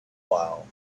while